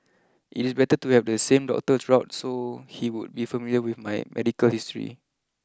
it is better to have the same doctor throughout so he would be familiar with my medical history